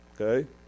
okay